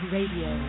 Radio